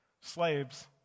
slaves